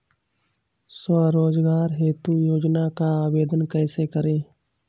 स्वरोजगार हेतु ऋण योजना का आवेदन कैसे करें?